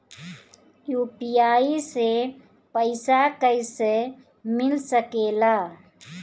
UPI से पइसा कईसे मिल सके ला?